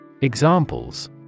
Examples